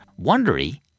Wondery